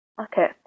Okay